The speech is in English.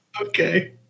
Okay